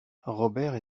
robert